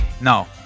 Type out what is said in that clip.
No